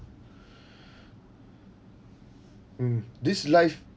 mm this life